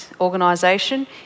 organisation